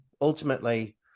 ultimately